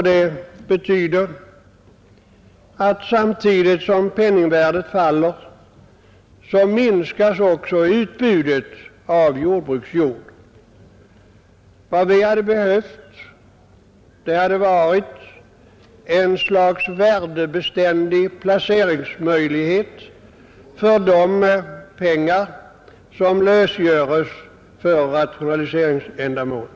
Det betyder att samtidigt som penningvärdet faller så minskas utbudet av jordbruksjord. Vad vi hade behövt, det hade varit ett slags värdebeständig placeringsmöjlighet för de pengar som lösgöres för rationaliseringsändamål.